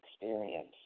experience